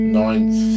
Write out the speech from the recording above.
ninth